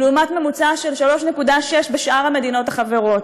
לעומת ממוצע של 3.6 בשאר המדינות החברות,